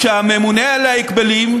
שהממונה על ההגבלים,